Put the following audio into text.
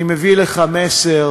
אני מביא לך מסר